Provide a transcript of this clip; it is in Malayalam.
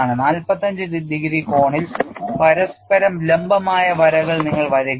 45 ഡിഗ്രി കോണിൽ പരസ്പരം ലംബമായ വരകൾ നിങ്ങൾ വരയ്ക്കുന്നു